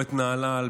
בצומת נהלל,